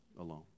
alone